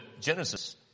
Genesis